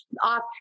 off